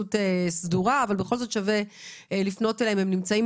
התייחסות סדורה אבל בכל מקרה שווה לשמוע מה יש להם לומר.